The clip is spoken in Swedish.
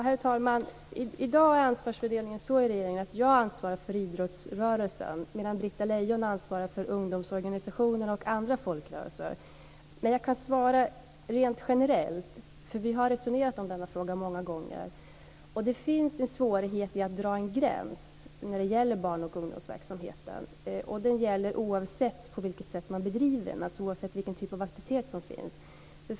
Herr talman! I dag är ansvarsfördelningen i regeringen sådan att jag ansvarar för idrottsrörelsen och Britta Lejon för ungdomsorganisationer och andra folkrörelser. Men rent generellt kan jag svara, för vi har många gånger resonerat om frågan. Det finns en svårighet i att dra en gräns när det gäller barn och ungdomsverksamheten - oavsett hur denna bedrivs, alltså oavsett vilken typ av aktivitet som det är fråga om.